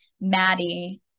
Maddie